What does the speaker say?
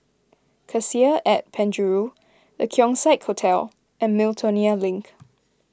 Cassia at Penjuru the Keong Saik Hotel and Miltonia Link